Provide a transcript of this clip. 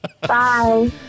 Bye